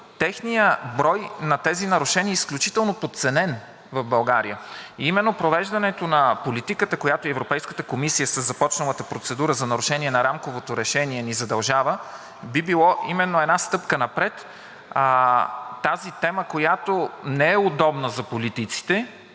техният брой, на тези нарушения, е изключително подценен в България и именно провеждането на политиката, която и Европейската комисия, със започналата процедура за нарушение на рамковото решение, ни задължава, би било именно една стъпка напред. Тази тема, която безспорно не е удобна за политиците,